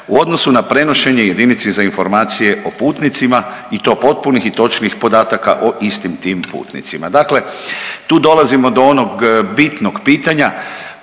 u odnosu na prenošenje jedinici za informacije o putnicima i to potpunih i točnih podataka o istim tim putnicima. Dakle, tu dolazimo do onog bitnog pitanja